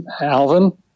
Alvin